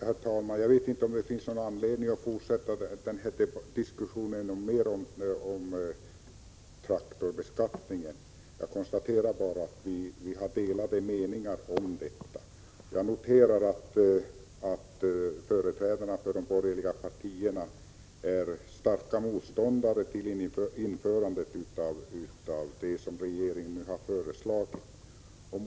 Herr talman! Jag vet inte om det finns någon anledning att fortsätta diskussionen om traktorbeskattningen. Jag konstaterar bara att vi har delade meningar. Jag noterar att företrädarna för de borgerliga partierna är starka motståndare till införande av det som regeringen nu har föreslagit.